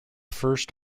first